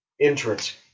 entrance